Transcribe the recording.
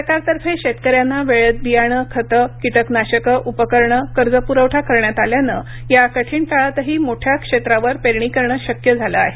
सरकारतर्फे शेतकऱ्यांना वेळेत बियाणे खतं किटकनाशके उपकरणे कर्ज पुरवठा करण्यात आल्याने या कठीण काळातही मोठ्या क्षेत्रावर पेरणी करणे शक्य झाले आहे